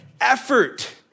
effort